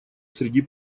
среди